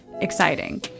exciting